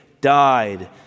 died